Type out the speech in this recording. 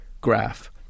graph